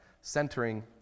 centering